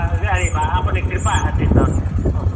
एहि बा अपनेके कृपा हेतै सर हँ